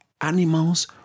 animals